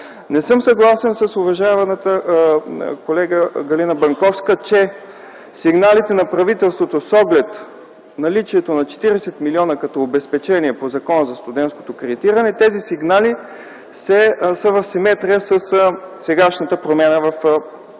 Не съм съгласен с колегата, уважаемата Галина Банковска, че сигналите на правителството с оглед наличието на 40 млн. лв. като обезпечение по Закона за студентското кредитиране, тези сигнали са в съответствие със сегашната промяна в Закона